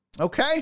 Okay